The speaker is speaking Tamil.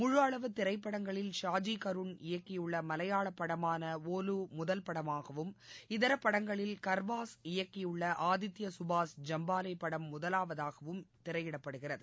முழு அளவு திரைப்படங்களில் ஷாஜி கருண் இயக்கியுள்ள மலையாள படமான ஒலு முதல் படமாகவும் இதரப்படங்களில் கா்வாஸ் இயக்கியுள்ள ஆதித்ய கபாஸ் ஜம்பாலே படம் முதலாவதாகவும் திரையிடப்படுகிறது